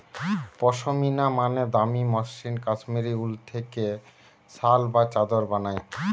পশমিনা মানে দামি মসৃণ কাশ্মীরি উল থেকে শাল বা চাদর বানায়